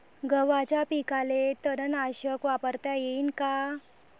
गव्हाच्या पिकाले तननाशक वापरता येईन का?